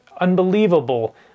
unbelievable